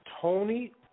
Tony